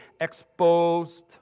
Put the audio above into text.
Exposed